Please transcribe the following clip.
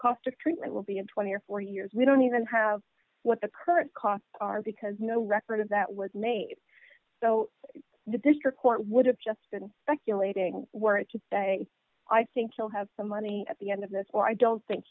cost of treatment will be in twenty dollars or forty years we don't even have what the current costs are because no record of that was made so the district court would have just been speculating were it to say i think you'll have some money at the end of this where i don't think